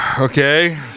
Okay